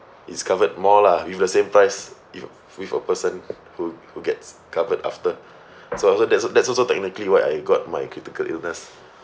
is covered more lah with the same price wi~ with a person who who gets covered after so also that's that's also technically why I got my critical illness